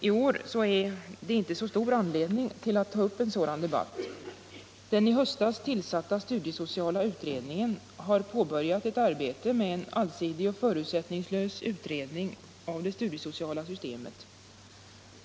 I år är det inte så stor anledning att ta upp en sådan debatt. Den i höstas tillsatta studiesociala utredningen har påbörjat ett arbete med en allsidig och förutsättningslös utredning av det studiesociala systemet.